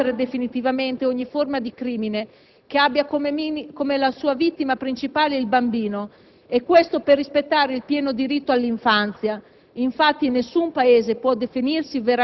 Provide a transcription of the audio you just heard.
potranno permettere nel futuro di abbattere definitivamente ogni forma di crimine che abbia come sua vittima principale il bambino. Tutto ciò va fatto per rispettare il pieno diritto all'infanzia;